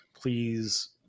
please